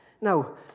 Now